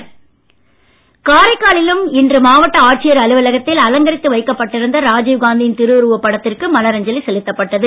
காரைக்கால் ராஜீவ் காரைக்காலிலும் இன்று மாவட்ட ஆட்சியர் அலுவலகத்தில் அலங்கரித்து வைக்கப்பட்டிருந்த ராஜீவ் காந்தியின் திருவுறுவப் படத்திற்கு மலரஞ்சலி செலுத்தப்பட்டது